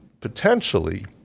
potentially